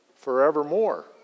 forevermore